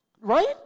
Right